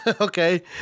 Okay